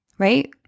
right